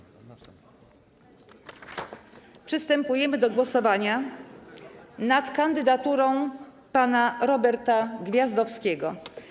Przystępujemy do głosowania nad kandydaturą pana Roberta Gwiazdowskiego.